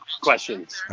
questions